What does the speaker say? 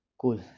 cool